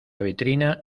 vitrina